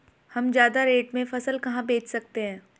हम ज्यादा रेट में फसल कहाँ बेच सकते हैं?